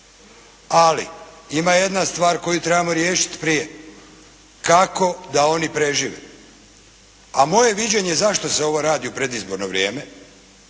Ali ima jedna stvar koju trebamo riješiti prije. Kako da oni prežive? A moje viđenje zašto se ovo radi u predizborno vrijeme